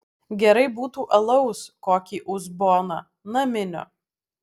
gerai būtų alaus kokį uzboną naminio